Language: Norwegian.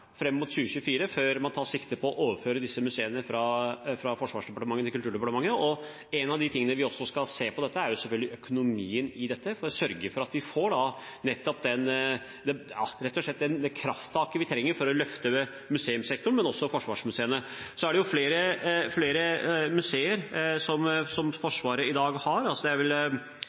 mot 2024 før vi tar sikte på å overføre disse museene fra Forsvarsdepartementet til Kulturdepartementet. En av de tingene vi selvfølgelig også skal se på, er økonomien i dette, og vi skal sørge for at vi får rett og slett det krafttaket vi trenger for å løfte museumssektoren, men også forsvarsmuseene. Forsvaret har i dag flere museer, det er vel ni museer som er organisert under Forsvarets fellestjenester. Blant annet ser jeg at komiteen har vært inne på det ene, Luftfartsmuseet i Bodø, som jeg